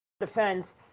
defense